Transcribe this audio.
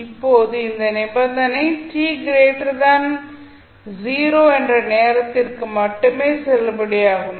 இப்போது இந்த நிபந்தனை t 0 என்ற நேரத்திற்கு மட்டுமே செல்லுபடியாகும்